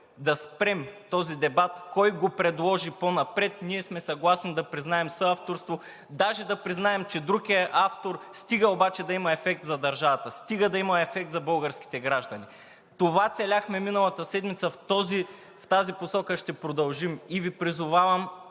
да спрем този дебат – кой го предложи по-напред. Ние сме съгласни да признаем съавторство, даже да признаем, че друг е автор, стига обаче да има ефект за държавата, стига да има ефект за българските граждани. Това целяхме миналата седмица, в тази посока ще продължим и Ви призовавам